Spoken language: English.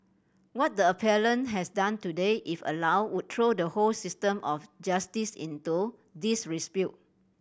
what the appellant has done today if allowed would throw the whole system of justice into